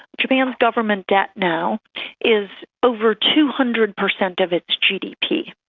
japan's government debt now is over two hundred percent of its gdp,